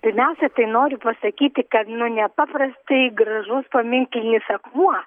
pirmiausia tai noriu pasakyti kad nu nepaprastai gražus paminklinis akmuo